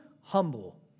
humble